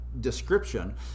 description